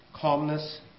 calmness